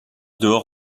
dehors